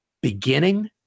beginning